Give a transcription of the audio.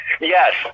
Yes